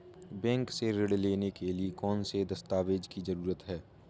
Bank से ऋण लेने के लिए कौन से दस्तावेज की जरूरत है?